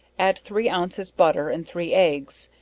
add three ounces butter and three eggs,